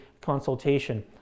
consultation